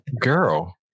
girl